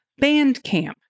Bandcamp